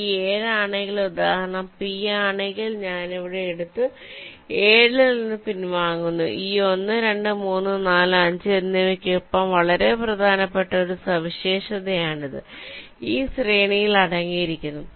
P 7 ആണെങ്കിൽ ഉദാഹരണം P ആണെങ്കിൽ ഞാൻ ഇവിടെ എടുത്തു 7 ൽ നിന്ന് പിൻവാങ്ങുന്നു ഈ 1 2 3 4 5 എന്നിവയ്ക്കൊപ്പം വളരെ പ്രധാനപ്പെട്ട ഒരു സവിശേഷതയാണിത് ഈ ശ്രേണിയിൽ അടങ്ങിയിരിക്കുന്നു